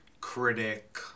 critic